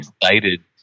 excited